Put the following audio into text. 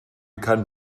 kein